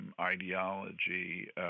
ideology –